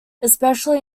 especially